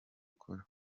ukora